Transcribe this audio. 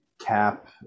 cap